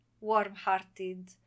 warm-hearted